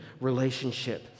relationship